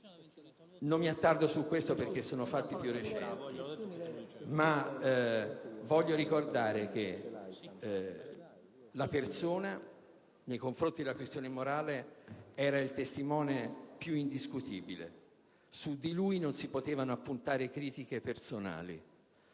Non mi attardo su tale argomento perché sono fatti più recenti ma voglio ricordare la persona che, nei confronti della questione morale, era il testimone più indiscutibile. Su di lui non si potevano appuntare critiche personali.